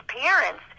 parents